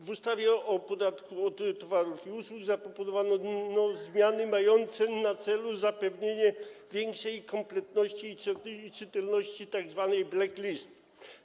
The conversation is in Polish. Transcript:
W ustawie o podatku od towarów i usług zaproponowano zmiany mające na celu zapewnienie większej kompletności i czytelności tzw. black list.